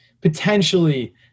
potentially